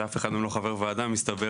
שאף אחד מהם לא חבר ועדה מסתבר,